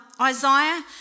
Isaiah